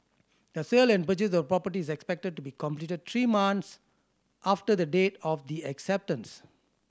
the sale and purchase of property is expected to be completed three months after the date of the acceptance